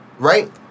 Right